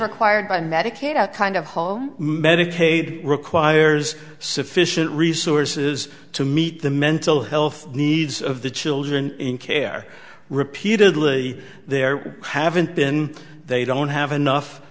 required by medicaid a kind of whole medicaid requires sufficient resources to meet the mental health needs of the children in care repeatedly there haven't been they don't have enough